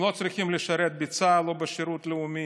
הם לא צריכים לשרת בצה"ל או בשירות לאומי,